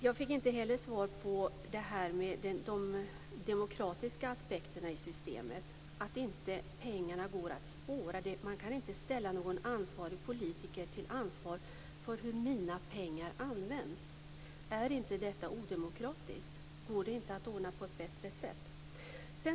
Jag fick inte heller svar på frågan om de demokratiska aspekterna i systemet, att pengarna inte går att spåra, att jag inte kan ställa någon politiker till ansvar för hur mina pengar används. Är inte detta odemokratiskt? Går det inte att ordna det på ett bättre sätt?